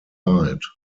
side